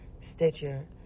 Stitcher